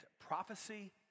prophecy